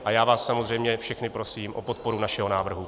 A já vás samozřejmě všechny prosím o podporu našeho návrhu.